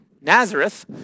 Nazareth